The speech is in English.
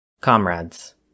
Comrades